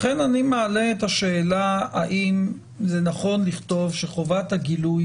לכן אני מעלה את השאלה האם זה נכון לכתוב שחובת הגילוי